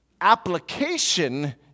application